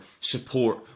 support